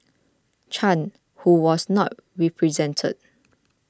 Chan who was not represented